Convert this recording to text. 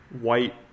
white